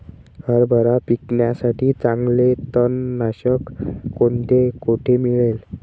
हरभरा पिकासाठी चांगले तणनाशक कोणते, कोठे मिळेल?